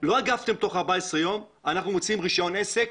שלא הגבתם תוך 14 ימים, אנחנו מוציאים רישיון עסק